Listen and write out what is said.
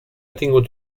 tingut